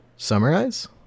Summarize